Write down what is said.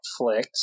Netflix